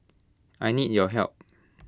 I need your help